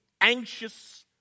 anxious